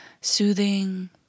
soothing